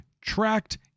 tracked